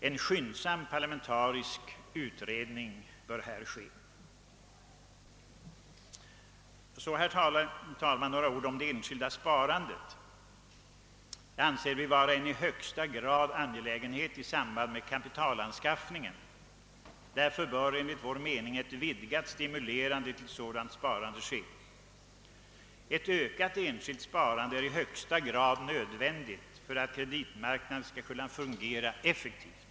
En skyndsam parlamentarisk utredning bör här komma till stånd. Så, herr talman, några ord om det enskilda sparandet som vi anser vara en i högsta grad angelägen fråga i samband med kapitalanskaffningen och som därför enligt vår åsikt ytterligare bör stimuleras. Ett ökat enskilt sparande är i högsta grad nödvändigt för att kreditmarknaden skall kunna fungera effektivt.